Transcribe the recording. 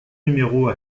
numéros